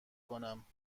کنم